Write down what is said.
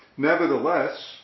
Nevertheless